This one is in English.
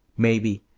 maybe,